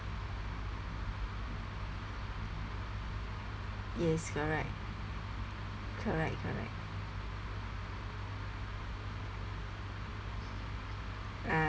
yes correct correct correct uh